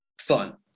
fun